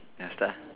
ya start